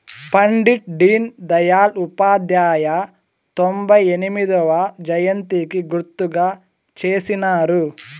పండిట్ డీన్ దయల్ ఉపాధ్యాయ తొంభై ఎనిమొదవ జయంతికి గుర్తుగా చేసినారు